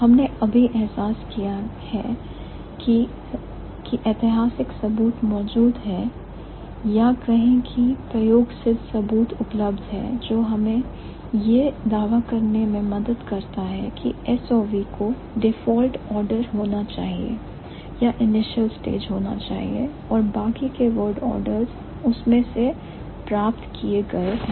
हमने अभी एहसास किया है कि हिस्टॉरिकल एविडेंस मौजूद है या कहीं की ऐमपीरिकल यह प्रयोग सिद्ध सबूत उपलब्ध है जो हमें यह दावा करने में मदद करता है कि SOV को डिफॉल्ट ऑर्डर होना चाहिए या इनिशियल स्टेज होना चाहिए और बाकी के word orders उसमें से प्राप्त किए गए हैं